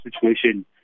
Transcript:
situation